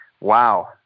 wow